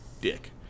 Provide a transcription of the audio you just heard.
dick